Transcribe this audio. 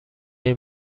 این